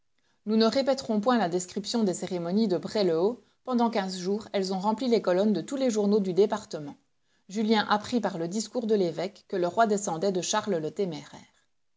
nous ne répéterons point la description des cérémonies de bray le haut pendant quinze jours elles ont rempli les colonnes de tous les journaux du département julien apprit par le discours de l'évêque que le roi descendait de charles le téméraire